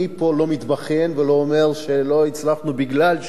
מתבכיין ולא אומר שלא הצלחנו בגלל ש ;